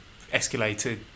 escalated